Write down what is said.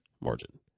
margin